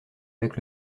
avec